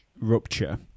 rupture